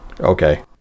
Okay